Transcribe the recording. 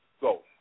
go